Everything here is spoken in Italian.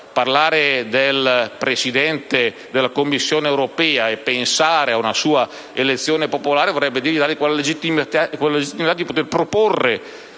Parlare del Presidente della Commissione europea e pensare ad una sua elezione popolare significherebbe dargli la legittimità di proporre